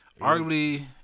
arguably